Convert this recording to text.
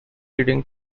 leading